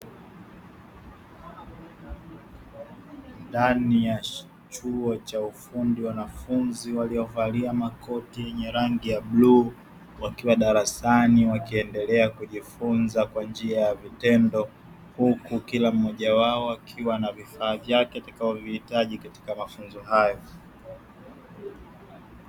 Ndani ya chuo cha ufundi wanafunzi waliovalia makoti yenye rangi ya bluu wakiwa darasani wakiendelea kujifunza kwa njia ya vitendo. Huku kila mmoja wao akiwa na vifaa vyake atakavyovihitaji katika mafunzo hayo.